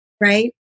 right